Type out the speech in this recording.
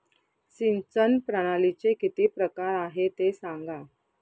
सिंचन प्रणालीचे किती प्रकार आहे ते सांगा